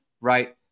right